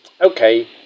Okay